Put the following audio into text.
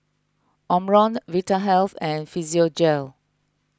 Omron Vitahealth and Physiogel